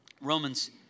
Romans